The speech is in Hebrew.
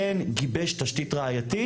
כן גיבש תשתית ראייתית.